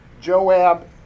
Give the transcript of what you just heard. Joab